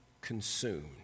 consumed